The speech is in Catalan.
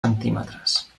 centímetres